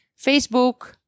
Facebook